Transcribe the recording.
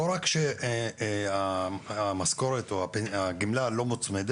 לא רק שהמשכורת או הגמלה לא מוצמדת,